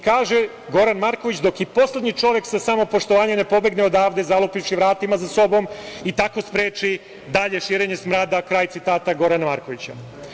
Kaže Goran Marković - dok i poslednji čovek sa samopoštovanjem ne pobegne odavde zalupivši vratima za sobom i tako spreči dalje širenje smrada, kraj citata Gorana Markovića.